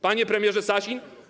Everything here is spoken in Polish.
Panie Premierze Sasin!